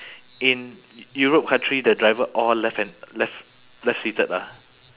in europe country the driver all left hand left left seated ah